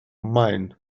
mine